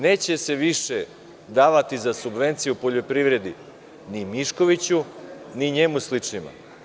Neće se više davati za subvencije u poljoprivredi ni Miškoviću, ni njemu sličnima.